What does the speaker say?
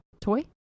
toy